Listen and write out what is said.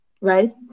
right